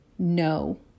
no